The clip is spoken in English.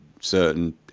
certain